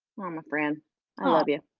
um ah friend i love you.